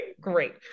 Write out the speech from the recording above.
great